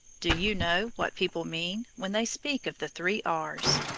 do you know what people mean when they speak of the three r's?